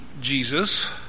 Jesus